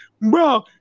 bro